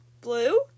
Blue